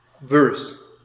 verse